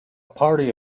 party